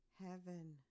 heaven